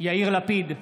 יאיר לפיד,